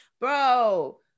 bro